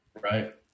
Right